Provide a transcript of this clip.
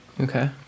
Okay